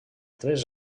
tres